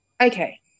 Okay